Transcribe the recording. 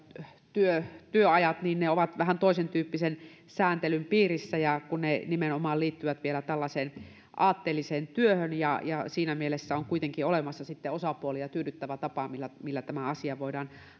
työajat ovat vähän toisentyyppisen sääntelyn piirissä kun ne nimenomaan liittyvät vielä tällaiseen aatteelliseen työhön ja ja siinä mielessä on kuitenkin olemassa sitten osapuolia tyydyttävä tapa millä millä tämä asia voidaan